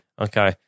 Okay